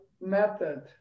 method